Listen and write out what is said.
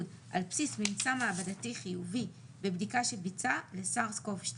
על בסיס ממצא מעבדתי חיובי בבדיקה שביצע ל- SARS COV-2;